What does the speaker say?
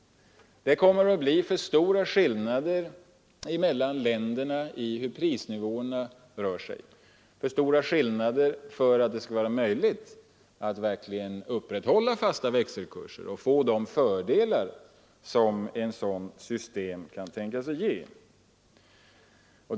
Det kommer att bli för stora skillnader mellan rörelserna i de olika ländernas prisnivåer för att det skall vara möjligt att upprätthålla fasta växelkurser och få de fördelar ett sådant system kan tänkas ge.